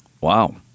Wow